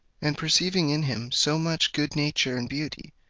and perceiving in him so much good nature and beauty,